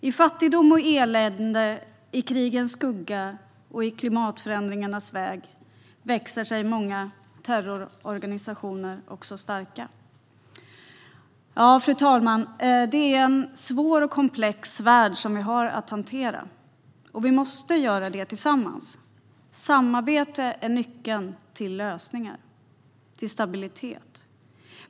I fattigdom och elände, i krigens skugga och i klimatförändringarnas spår växer sig också många terrororganisationer starka. Fru talman! Det är en svår och komplex värld vi har att hantera, och vi måste göra det tillsammans. Samarbete är nyckeln till lösningar och stabilitet.